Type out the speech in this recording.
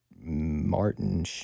Martin